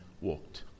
walked